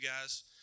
guys